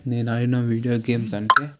నేను ఆడిన video games అంటే